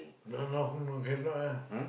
no no no cannot lah